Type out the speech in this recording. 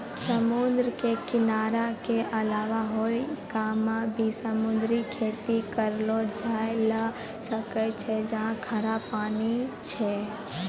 समुद्र के किनारा के अलावा हौ इलाक मॅ भी समुद्री खेती करलो जाय ल सकै छै जहाँ खारा पानी छै